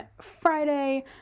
Friday